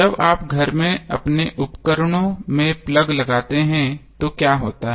जब आप घर में अपने उपकरण में प्लग लगाते हैं तो क्या होता है